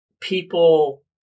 people